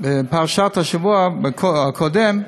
בפרשת השבוע הקודם,